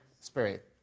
Spirit